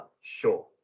Sure